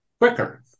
quicker